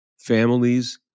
families